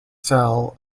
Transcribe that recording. cell